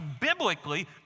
biblically